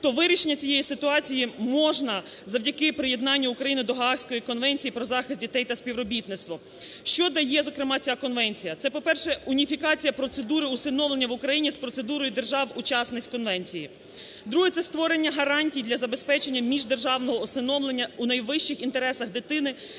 то вирішити цю ситуацію можна завдяки приєднання України до Гаазької конвенції про захист дітей та співробітництво. Що дає зокрема ця конвенція? Це, по-перше, уніфікація процедури усиновлення в Україні з процедурою держав-учасниць конвенції. Друге. Це створення гарантій для забезпечення міждержавного усиновлення у найвищих інтересах дитини,